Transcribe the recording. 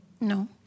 No